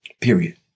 Period